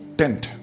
tent